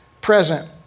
present